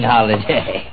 Holiday